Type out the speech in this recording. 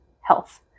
health